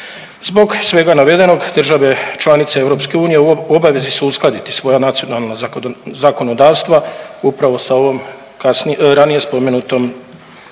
Zbog svega navedenog države članice EU u obavezi su uskladiti svoja nacionalna zakonodavstva upravo sa ovom ranije spomenutom